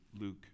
Luke